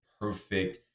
perfect